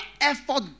effort